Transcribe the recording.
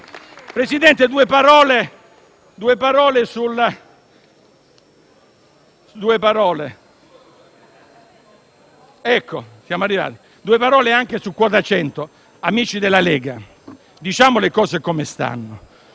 Presidente, due parole anche su quota 100. Amici della Lega, diciamo le cose come stanno.